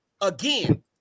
Again